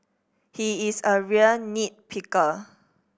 he is a real nit picker